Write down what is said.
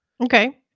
Okay